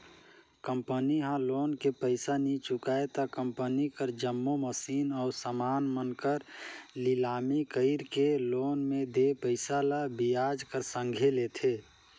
company ह loan के पइसा नी चुकाय त कंपनी कर जम्मो मसीन अउ समान मन कर लिलामी कइरके लोन में देय पइसा ल बियाज कर संघे लेथे